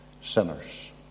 sinners